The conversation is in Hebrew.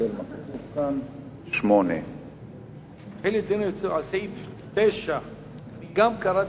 תסתכל מה כתוב כאן: 8. על סעיף 9. גם קראתי.